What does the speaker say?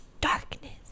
darkness